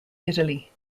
italy